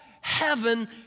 heaven